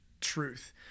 truth